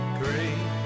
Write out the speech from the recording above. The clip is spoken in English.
great